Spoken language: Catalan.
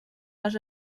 les